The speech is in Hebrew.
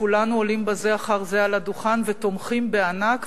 כולנו עולים בזה אחר זה על הדוכן ותומכים בענק,